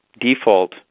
default